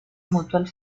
mutual